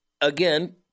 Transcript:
again